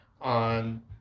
on